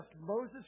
Moses